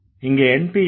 இங்க NP என்ன